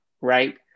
right